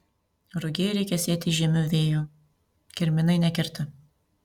rugiai reikia sėti žiemiu vėju kirminai nekerta